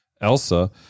Elsa